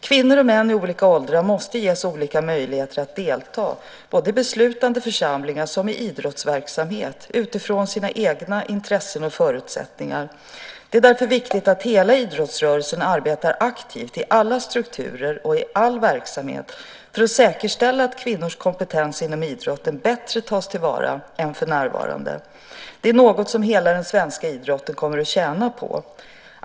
Kvinnor och män i olika åldrar måste ges lika möjligheter att delta i såväl beslutande församlingar som idrottsverksamhet utifrån sina egna intressen och förutsättningar. Det är därför viktigt att hela idrottsrörelsen arbetar aktivt i alla strukturer och i all verksamhet för att säkerställa att kvinnors kompetens inom idrotten bättre tas till vara än för närvarande. Det är något som hela den svenska idrotten kommer att tjäna på.